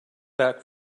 back